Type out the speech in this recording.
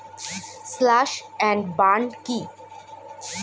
Slash and burn কি?